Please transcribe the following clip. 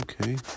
Okay